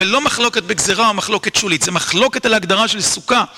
זה לא מחלוקת בגזירה או מחלוקת שולית, זה מחלוקת על ההגדרה של סוכה.